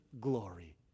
glory